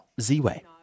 Z-Way